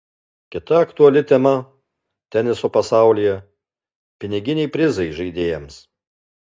kita aktuali tema teniso pasaulyje piniginiai prizai žaidėjams